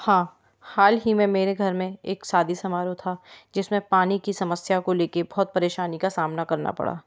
हाँ हाल ही में मेरे घर मे एक सादी समारोह था जिसमें पानी की समस्या को लेकर बहुत परेशानी का सामना करना पड़ा